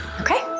okay